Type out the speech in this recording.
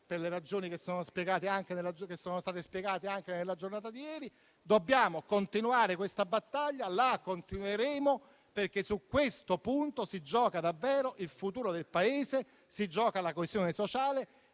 per le ragioni che sono state spiegate anche nella giornata di ieri. Dobbiamo continuare questa battaglia e lo faremo perché su tale punto si giocano davvero il futuro del Paese e la coesione sociale.